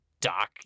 Doc